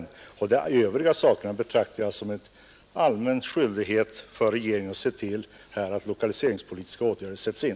När det gäller det övriga däremot betraktar jag det som en allmän skyldighet för regeringen att se till att lokaliseringspolitiska åtgärder sätts in.